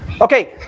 Okay